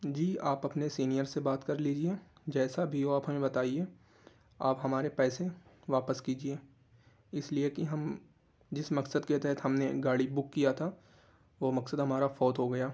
جی آپ اپنے سینئر سے بات کر لیجیے جیسا بھی ہو آپ ہمیں بتائیے آپ ہمارے پیسے واپس کیجیے اس لیے کہ ہم جس مقصد کے تحت ہم نے گاڑی بک کیا تھا وہ مقصد ہمارا فوت ہو گیا